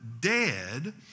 dead